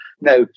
Now